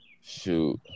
shoot